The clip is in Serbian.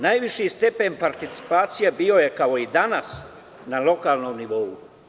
Najviši stepen participacija bio je, kao i danas, na lokalnom nivou.